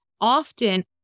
Often